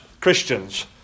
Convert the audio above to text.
Christians